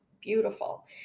beautiful